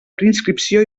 preinscripció